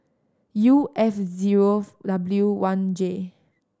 U S zero W one J